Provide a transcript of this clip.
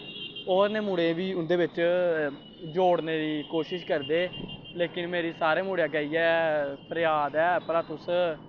होरने मुड़े बी उं'दे बिच्च जोड़ने दी कोशिश करदे लेकिन मेरी सारें मुड़ें अग्गें इ'यै फरियाद ऐ